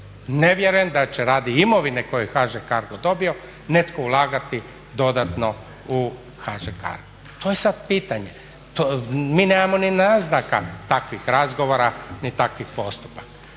ne vjerujem da će radi imovine koju je HŽ Cargo dobio netko ulagati dodatno u HŽ Cargo. To je sad pitanje. To mi nemamo ni naznaka takvih razgovora ni takvih postupaka.